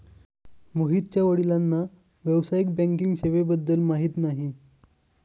मोहितच्या वडिलांना व्यावसायिक बँकिंग सेवेबद्दल माहिती नाही